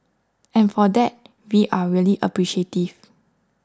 and for that we are really appreciative